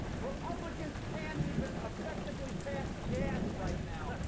republicans can't even effectively pass gas right now.